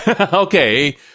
Okay